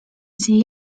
see